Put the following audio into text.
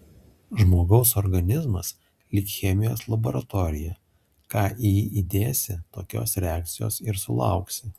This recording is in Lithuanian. žmogaus organizmas lyg chemijos laboratorija ką į jį įdėsi tokios reakcijos ir sulauksi